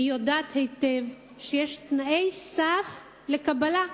והיא יודעת היטב שיש תנאי סף לקבלה.